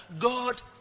God